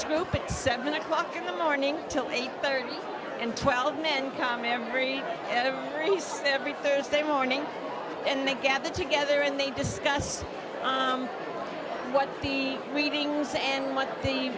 group at seven o'clock in the morning till eight thirty and twelve men come every race every thursday morning and they gather together and they discuss what the readings and what the